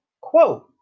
Quote